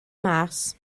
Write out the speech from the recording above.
mas